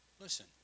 listen